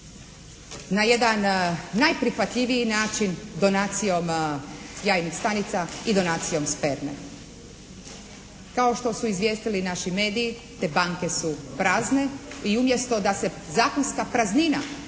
na jedan najprihvatljiviji način donacijom jajnih stanica i donacijom spreme. Kao što su izvijestili naši mediji te banke su prazne i umjesto da se zakonska praznina nadopuni